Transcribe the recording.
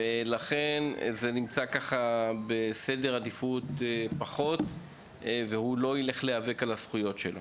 לכן זה נמצא בסדר עדיפות נמוך יותר והוא לא ילך להיאבק על הזכויות שלו.